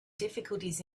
difficulties